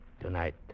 Tonight